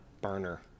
burner